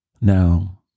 Now